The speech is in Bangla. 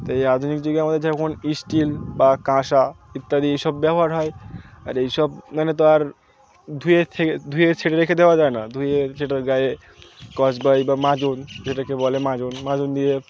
তাই আধুনিক যুগে আমাদের যখন স্টিল বা কাঁসা ইত্যাদি এই সব ব্যবহার হয় আর এই সব মানে তো আর ধুয়ে থেকে ধুয়ে ছেড়ে রেখে দেওয়া যায় না ধুয়ে সেটার গায়ে স্কচ ব্রাইট বা মাজন সেটাকে বলে মাজন মাজন দিয়ে